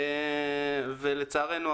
ולצערנו,